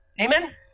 Amen